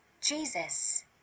Jesus